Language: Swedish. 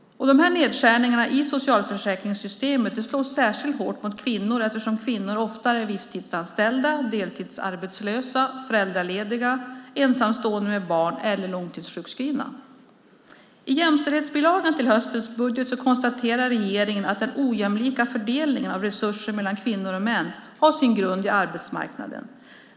Dessa nedskärningar i socialförsäkringssystemet slår särskilt hårt mot kvinnor eftersom kvinnor oftare är visstidsanställda, deltidsarbetslösa, föräldralediga, ensamstående med barn eller långtidssjukskrivna. I jämställdhetsbilagan till höstens budget konstaterar regeringen att den ojämlika fördelningen av resurser mellan kvinnor och män har sin grund i arbetsmarknaden.